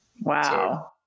Wow